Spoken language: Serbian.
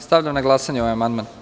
Stavljam na glasanje ovaj amandman.